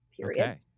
period